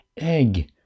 egg